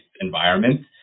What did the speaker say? environment